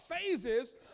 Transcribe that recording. phases